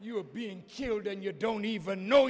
you were being killed and you don't even know